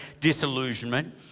disillusionment